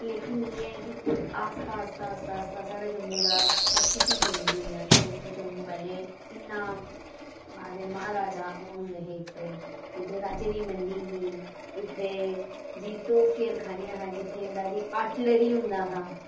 लेकिन एह् ऐ कि आस्ता आस्ता आस्ता आस्ता साढ़े जम्मू दा सब कुश ही चेंज होई गेआ तुस दिक्खो जम्मू पैह्लें इन्ना आखदे महाराजा होंदे हे इत्थें इत्थे राजे दी मंडी ही इत्थे जी तोफ शेरखानियां हां जित्थे इंदा जी आर्टलेरी होंदा हा